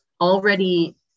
already